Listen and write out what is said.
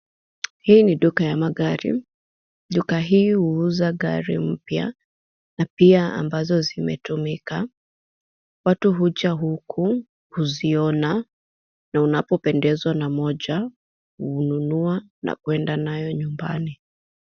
Hii ni duka ya magari, duka hii uuza gari mpya na pia ambazo zimetumika. Watu huja huku kuziona na unapopendezwa na moja ununua na kuenda nayo nyumbani.